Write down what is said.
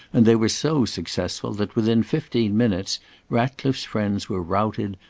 and they were so successful that within fifteen minutes ratcliffe's friends were routed,